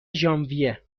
ژانویه